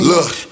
Look